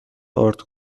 آرد